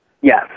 Yes